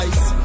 Ice